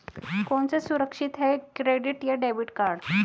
कौन सा सुरक्षित है क्रेडिट या डेबिट कार्ड?